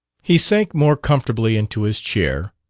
he sank more comfortably into his chair,